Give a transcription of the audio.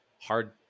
hard